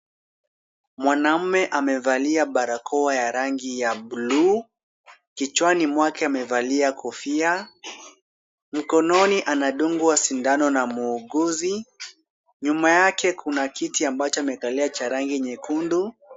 Mwanamme amevalia barakoa ya rangi ya blue . Kichwani mwake amevalia kofia. Mkononi anadungwa sindano na muuguzi. Nyuma yake kuna kiti ambacho amekalia cha rangi nyekundu.